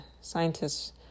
scientists